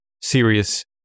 serious